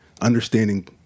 understanding